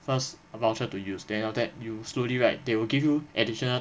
first a voucher to use then after that you slowly right they will give you additional